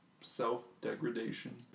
self-degradation